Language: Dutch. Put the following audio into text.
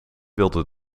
wilde